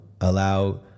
Allow